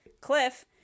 cliff